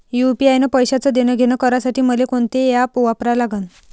UPI न पैशाचं देणंघेणं करासाठी मले कोनते ॲप वापरा लागन?